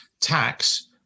tax